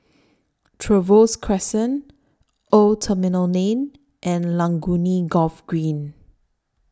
Trevose Crescent Old Terminal Lane and Laguna Golf Green